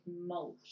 Mulch